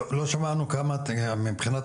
על מנת